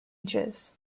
ages